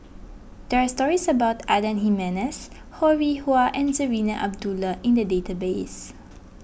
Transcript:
there are stories about Adan Jimenez Ho Rih Hwa and Zarinah Abdullah in the database